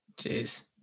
Jeez